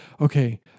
okay